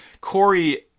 Corey